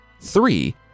three